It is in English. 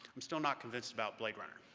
i'm still not convinced about blade runner.